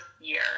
year